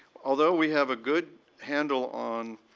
although we have a good handle on